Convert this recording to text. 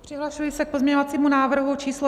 Přihlašuji se k pozměňovacímu návrhu číslo 6655.